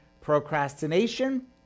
procrastination